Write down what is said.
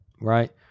Right